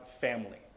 family